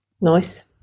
Nice